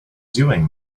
doing